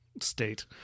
state